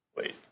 Wait